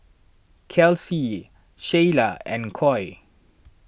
Kelsea Sheyla and Coy